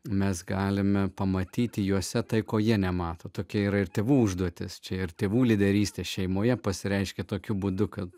mes galime pamatyti juose tai ko jie nemato tokia yra ir tėvų užduotis čia ir tėvų lyderystė šeimoje pasireiškia tokiu būdu kad